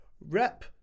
rep